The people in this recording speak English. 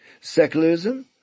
secularism